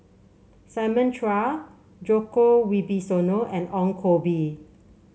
Simon Chua Djoko Wibisono and Ong Koh Bee